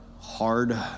hard